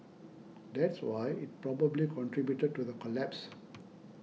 that's why it probably contributed to the collapse